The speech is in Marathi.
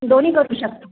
दोन्ही करू शकतो